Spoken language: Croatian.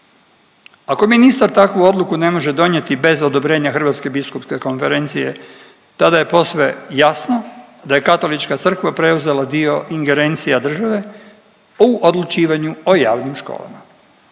Ako ministar takvu odluku ne može donijeti bez odobrenja HBK-a, tada je posve jasno da je Katolička Crkva preuzela dio ingerencija države u odlučivanju o javnim školama